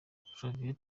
flavia